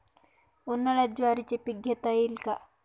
उन्हाळ्यात ज्वारीचे पीक घेता येईल का?